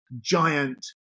giant